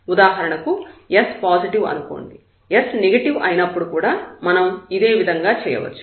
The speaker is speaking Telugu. ఉదాహరణకు s పాజిటివ్ అనుకోండి s నెగటివ్ అయినప్పుడు కూడా మనం ఇదేవిధంగా చేయవచ్చు